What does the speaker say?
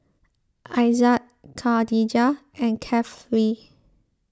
Aizat Khadija and Kefli